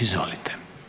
Izvolite.